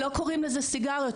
לא קוראים לזה סיגריות,